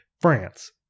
France